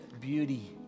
beauty